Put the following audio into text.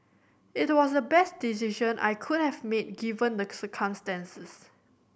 it was the best decision I could have made given the circumstances